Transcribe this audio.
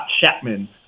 Chapman